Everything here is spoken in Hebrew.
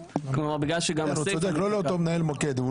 הוא צודק, לא לאותו מנהל מוקד.